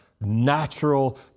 natural